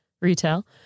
retail